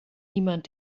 niemand